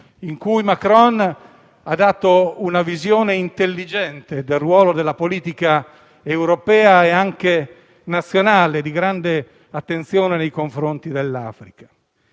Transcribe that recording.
in cui Macron ha dato una visione intelligente del ruolo della politica europea e anche nazionale, di grande attenzione nei confronti dell'Africa.